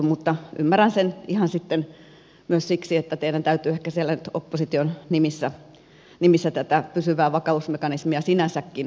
mutta ymmärrän sen ihan sitten myös siksi että teidän täytyy ehkä siellä nyt opposition nimissä tätä pysyvää vakausmekanismia sinänsäkin vastustaa